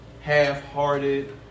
half-hearted